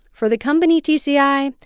for the company tci,